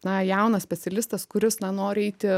na jaunas specialistas kuris na nori eiti